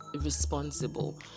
responsible